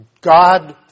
God